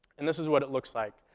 and this is what it looks like.